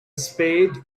spade